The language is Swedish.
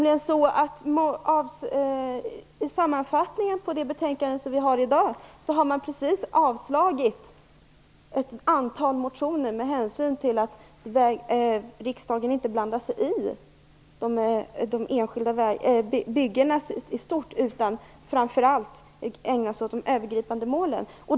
I sammanfattningen av det betänkande vi behandlar i dag har man avstyrkt ett antal motionsyrkanden med hänsyn till att riksdagen inte blandar sig i de enskilda byggena utan framför allt ägnar sig åt de övergripande målen.